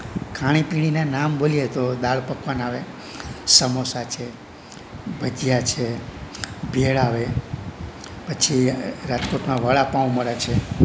ખાણી પીણીના નામ બોલીએ તો દાળ પકવાન આવે સમોસા છે ભજીયા છે ભેળ આવે પછી રાજકોટમાં વડાપાઉં મળે છે